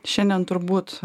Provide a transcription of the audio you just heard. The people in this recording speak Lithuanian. šiandien turbūt